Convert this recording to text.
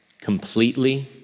completely